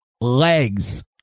legs